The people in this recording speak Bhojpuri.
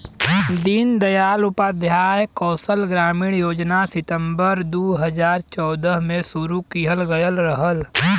दीन दयाल उपाध्याय कौशल ग्रामीण योजना सितम्बर दू हजार चौदह में शुरू किहल गयल रहल